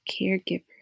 caregiver